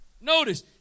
Notice